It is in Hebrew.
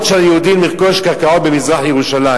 של היהודים לרכוש קרקעות במזרח-ירושלים.